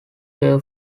were